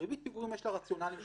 לריבית הפיגורים יש רציונלים שונים,